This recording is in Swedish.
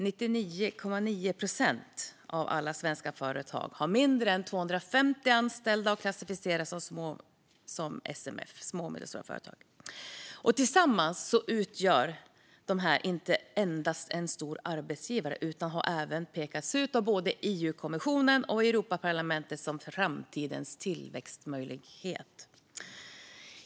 99,9 procent av alla svenska företag har mindre än 250 anställda och klassificeras som små och medelstora företag. Tillsammans utgör dessa företag inte endast en stor arbetsgivare, utan de har även pekats ut av både EU-kommissionen och Europaparlamentet som framtidens tillväxtmöjlighet.